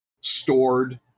stored